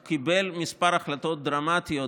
הוא קיבל כמה החלטות דרמטיות,